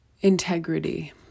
Integrity